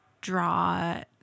draw